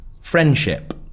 Friendship